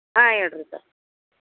ಹಾಂ ಹೇಳ್ರಿ ಸರ್